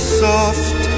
soft